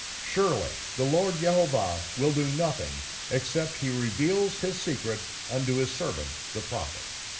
surely, the lord yehovah will do nothing except he reveals his secret unto his servants, the prophets.